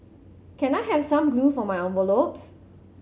can I have some glue for my envelopes